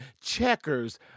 Checkers